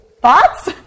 Thoughts